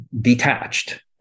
detached